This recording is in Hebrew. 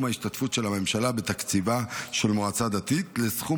ההשתתפות של הממשלה בתקציבה של מועצה דתית לסכום